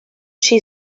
she